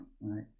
right